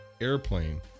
Airplane